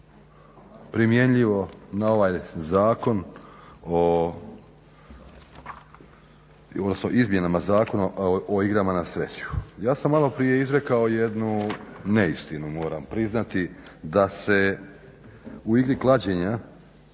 primjenjivo na ovaj zakon o, odnosno izmjenama Zakona o igrama na sreću. Ja sam malo prije izrekao jednu neistinu moram priznati da se u igri klađenja